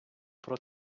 про